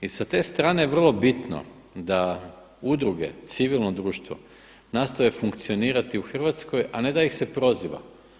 I sa te strane je vrlo bitno da udruge, civilno društvo nastave funkcionirati u Hrvatskoj, a ne da ih se proziva.